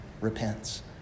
repents